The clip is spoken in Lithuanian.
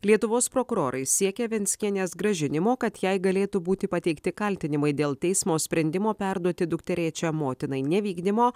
lietuvos prokurorai siekia venckienės grąžinimo kad jai galėtų būti pateikti kaltinimai dėl teismo sprendimo perduoti dukterėčią motinai nevykdymo